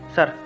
Sir